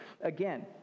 Again